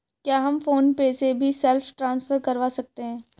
क्या हम PhonePe से भी सेल्फ ट्रांसफर करवा सकते हैं?